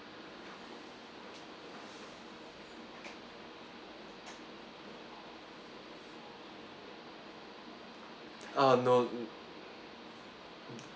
uh no